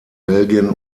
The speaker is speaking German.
belgien